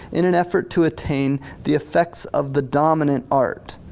in an effort to attain the effects of the dominant art.